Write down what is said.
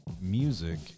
music